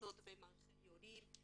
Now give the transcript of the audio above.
ויועצות ומנחי הורים.